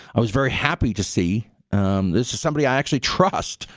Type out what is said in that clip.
i was very happy to see this is somebody i actually trust.